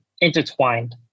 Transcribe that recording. intertwined